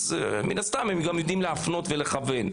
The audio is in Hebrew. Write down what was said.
אז מן הסתם הם גם יודעים להפנות ולכוון.